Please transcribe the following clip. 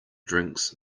drinks